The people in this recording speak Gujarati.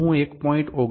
જો હું 1